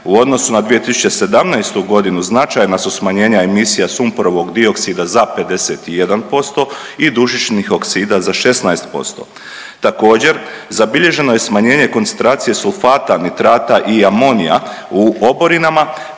U odnosu na 2017. godinu značajna su smanjenja emisija sumporovog dioksida za 51% i dušičnih oksida za 16%. Također, zabilježeno je smanjenje koncentracije sulfata, nitrata i amonija u oborinama,